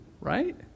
right